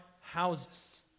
houses